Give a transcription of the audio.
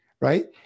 right